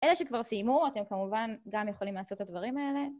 אלה שכבר סיימו, אתם כמובן גם יכולים לעשות את הדברים האלה.